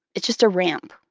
it's just a ramp,